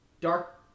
Dark